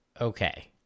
Okay